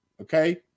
Okay